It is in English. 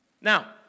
Now